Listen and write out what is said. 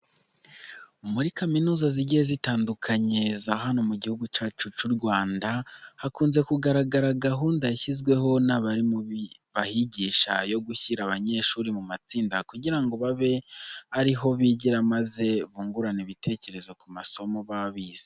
Muri kaminuza zigiye zitandukanye za hano mu Gihugu cyacu cy'u Rwanda hakunze kugaragara gahunda yashyizweho n'abarimu bahigisha yo gushyira abanyeshuri mu matsinda kugira ngo babe ari ho bigira maze bungurane ibitekerezo ku masomo baba bize.